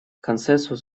консенсус